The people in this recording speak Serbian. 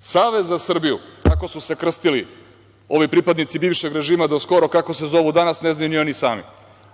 Savez za Srbiju, tako su se krstili ovi pripadnici bivšeg režima do skoro, a kako se zovu danas, ne znaju ni oni sami,